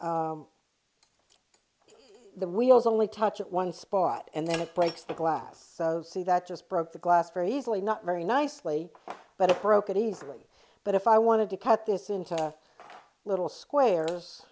the wheels only touch it one spot and then it breaks the glass so see that just broke the glass very easily not very nicely but it broke it easily but if i wanted to cut this into little squares